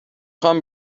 خوام